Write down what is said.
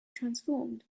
transformed